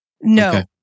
No